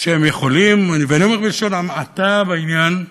שהם יכולים, ואני אומר בלשון המעטה בעניין,